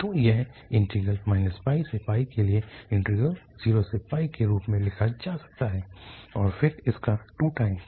तो यह इंटीग्रल से के लिए इंटीग्रल 0 से के रूप में लिखा जा सकता है और फिर इसका 2 टाइम्स